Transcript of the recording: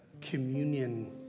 communion